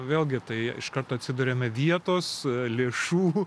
vėlgi tai iškart atsiduriame vietos lėšų